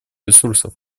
ресурсов